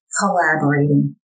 collaborating